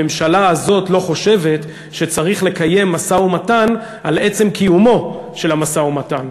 הממשלה הזאת לא חושבת שצריך לקיים משא-ומתן על עצם קיומו של המשא-ומתן.